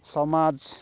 ସମାଜ